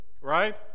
right